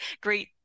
Great